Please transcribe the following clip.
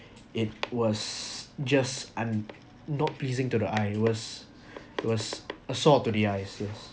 it was just un~ not pleasing to the eye was was a sore to the eyes yes